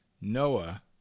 Noah